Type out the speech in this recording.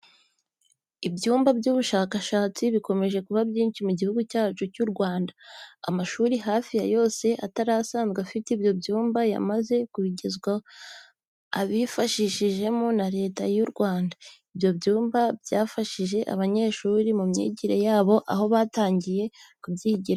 Ibyumba by'ubushakashatsi bimaze kuba byinshi mu Gihugu cyacu cy'u Rwanda, amashuri hafi ya yose atari asanzwe afite ibyo byumba yamaze kubigezwaho, abifashijwemo na Leta yacu y'u Rwanda. Ibyo byumba byafashije abanyeshuri mu myigire yabo aho batangiye kubyigiramo.